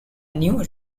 new